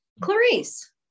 Clarice